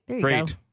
Great